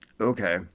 Okay